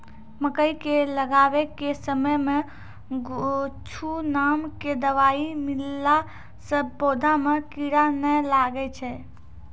मकई के लगाबै के समय मे गोचु नाम के दवाई मिलैला से पौधा मे कीड़ा नैय लागै छै?